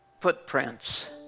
Footprints